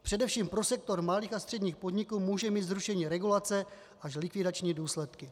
Především pro sektor malých a středních podniků může mít zrušení regulace až likvidační důsledky.